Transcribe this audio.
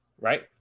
right